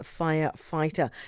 firefighter